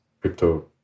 crypto